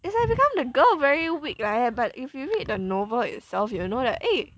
it's like become the girl very weak right but if you read the novel itself you know that eh